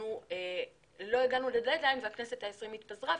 אנחנו לא לדד-ליין והכנסת העשרים התפזרה,